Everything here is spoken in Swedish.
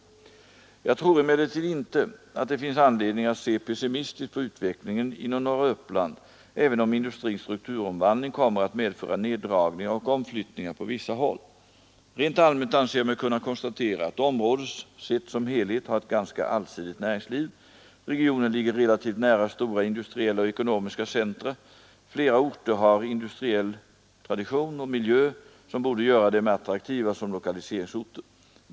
industriutveck Jag tror emellertid inte att det finns anledning att se pessimistiskt på lingen i norra utvecklingen inom norra Uppland, även om industrins strukturomvand Uppland ling kommer att medföra neddragningar och omflyttningar på vissa håll. Rent allmänt anser jag mig kunna konstatera att området sett som helhet har ett ganska allsidigt näringsliv. Regionen ligger relativt nära stora industriella och ekonomiska centra. Flera orter har en industriell tradition och miljö som borde göra dem attraktiva som lokaliseringsorter.